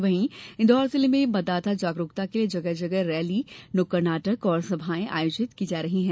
वहीं इंदौर जिले में मतदाता जागरूकता के लिए जगह जगह रैली नुक्कड नाटक और सभाएं आयोजित की जा रही है